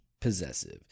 possessive